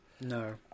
No